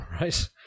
Right